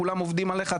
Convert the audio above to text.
כולם עובדים עליך,